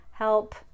Help